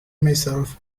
myself